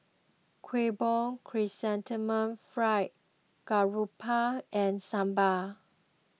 Kueh Bom Chrysanthemum Fried Garoupa and Sambal